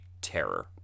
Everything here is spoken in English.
terror